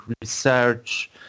research